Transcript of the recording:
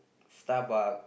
Starbucks